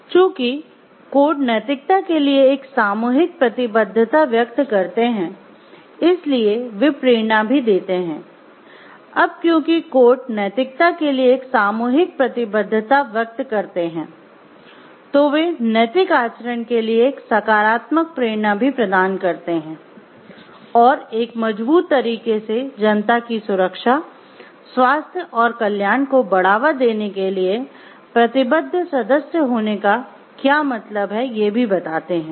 चूंकि कोड नैतिकता के लिए एक सामूहिक प्रतिबद्धता व्यक्त करते हैं इसीलिए वे प्रेरणा भी देते है अब क्योंकि कोड नैतिकता के लिए एक सामूहिक प्रतिबद्धता व्यक्त करते हैं तो वे नैतिक आचरण के लिए एक सकारात्मक प्रेरणा भी प्रदान करते हैं और एक मजबूत तरीके से जनता की सुरक्षा स्वास्थ्य और कल्याण को बढ़ावा देने के लिए प्रतिबद्ध सदस्य होने का क्या मतलब है ये भी बताते है